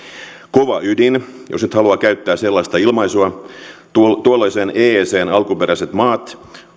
kova ydin jos nyt haluaa käyttää sellaista ilmaisua tuolloisen eecn alkuperäiset maat